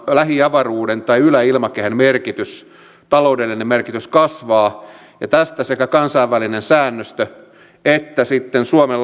lähiavaruuden tai yläilmakehän taloudellinen merkitys kasvaa ja tässä sekä kansainvälinen säännöstö että sitten suomen